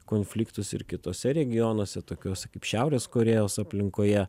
konfliktus ir kituose regionuose tokiuose kaip šiaurės korėjos aplinkoje